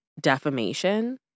defamation